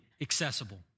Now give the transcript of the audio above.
accessible